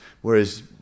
whereas